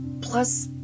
plus